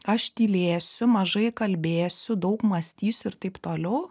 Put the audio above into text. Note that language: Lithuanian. aš tylėsiu mažai kalbėsiu daug mąstysiu ir taip toliau